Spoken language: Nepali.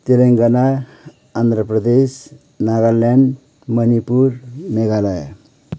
तेलङ्गाना आन्ध्र प्रदेश नागाल्यान्ड मणिपुर मेघालय